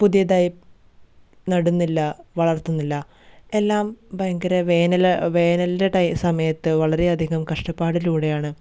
പുതിയതായി നടുന്നില്ല വളർത്തുന്നില്ല എല്ലാം ഭയങ്കര വേനൽ വേനലിൻ്റെ ടയ് സമയത്ത് വളരെയധികം കഷ്ടപ്പാടിലൂടെയാണ്